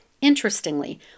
Interestingly